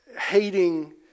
hating